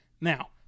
Now